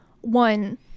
one